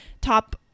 top